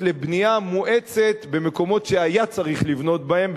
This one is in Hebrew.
לבנייה מואצת במקומות שהיה צריך לבנות בהם,